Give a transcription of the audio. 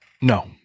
No